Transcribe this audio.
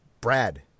Brad